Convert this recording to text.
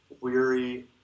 weary